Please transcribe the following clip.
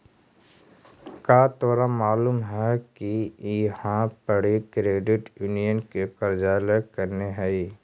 का तोरा मालूम है कि इहाँ पड़ी क्रेडिट यूनियन के कार्यालय कने हई?